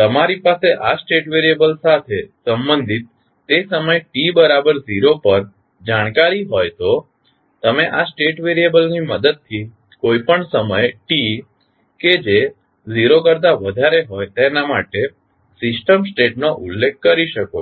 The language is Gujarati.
તમારી પાસે આ સ્ટેટ વેરીયબલ સાથે સંબંધિત તે સમય t બરાબર 0 પર જાણકારી હોય તો તમે આ સ્ટેટ વેરીયબલની મદદથી કોઈપણ સમય t કે જે 0 કરતા વધારે હોય તેના માટે સિસ્ટમ સ્ટેટનો ઉલ્લેખ કરી શકો છો